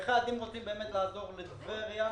רוצים באמת לעזור לטבריה,